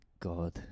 God